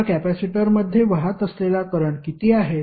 आता कॅपेसिटरमध्ये वाहत असलेला करंट किती आहे